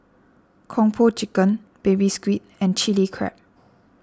Kung Po Chicken Baby Squid and Chili Crab